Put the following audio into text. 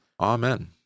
Amen